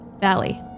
valley